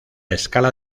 escala